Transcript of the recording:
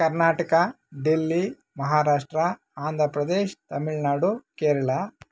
Karnataka Delhi Maharashtra Andhra Pradesh Tamil Nadu Kerala